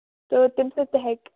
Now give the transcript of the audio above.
تہٕ تَمہِ سۭتۍ تہِ ہٮ۪کہِ